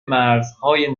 مرزهای